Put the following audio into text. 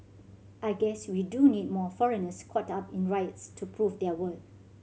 I guess we do need more foreigners caught up in riots to prove their worth